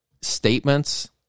statements